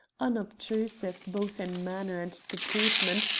unobtrusive both in manner and deportment,